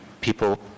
people